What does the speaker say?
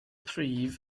prif